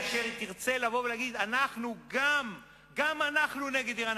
כאשר היא תרצה ותגיד: גם אנחנו נגד אירן,